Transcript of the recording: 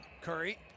Curry